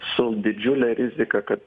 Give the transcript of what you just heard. su didžiule rizika kad